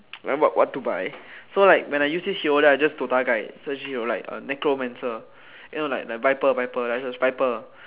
like what what to buy so like when I use this hero then I just DOTA guide so change to like necromancer and you know like viper like just viper